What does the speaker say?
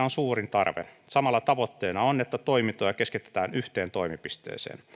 on suurin tarve samalla tavoitteena on että toimintoja keskitetään yhteen toimipisteeseen